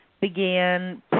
began